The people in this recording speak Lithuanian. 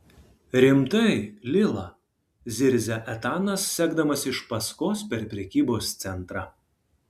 rimtai lila zirzia etanas sekdamas iš paskos per prekybos centrą